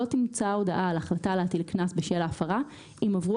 לא תומצא הודעה על החלטה להטיל קנס בשל ההפרה אם עברו